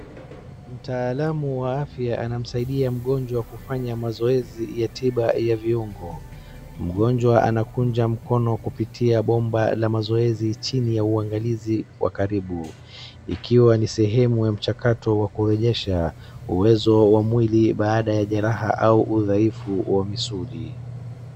Mtaalamu wa afya anamsaidia mgonjwa kufanya mazoezi ya tiba ya viungo. Mgonjwa anakunja mkono kupitia bomba la mazoezi chini ya uangalizi wa karibu, ikiwa ni sehemu ya mchakato wa kuonyesha uwezo wa mwili baada ya jeraha au udhaifu wa misuli.